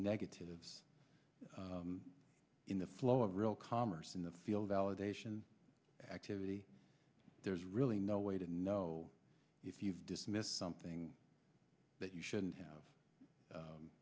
negatives in the flow of real commerce in the field validation activity there's really no way to know if you've dismissed something that you shouldn't have